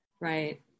Right